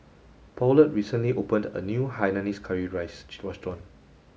Paulette recently opened a new hainanese curry rice restaurant